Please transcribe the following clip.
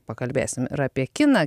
pakalbėsim ir apie kiną